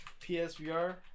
PSVR